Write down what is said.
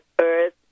earth